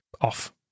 off